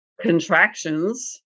contractions